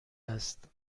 است